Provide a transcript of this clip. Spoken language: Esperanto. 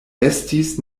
estis